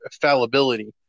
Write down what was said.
fallibility